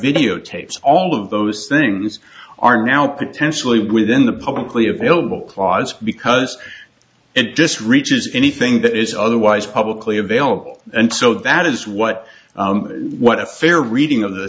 videotapes all of those things are now potentially within the publicly available clause because it just reaches anything that is otherwise publicly available and so that is what what a fair reading of the